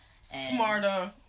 Smarter